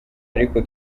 ariko